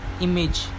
image